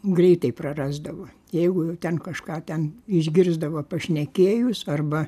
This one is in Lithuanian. greitai prarasdavo jeigu ten kažką ten išgirsdavo pašnekėjus arba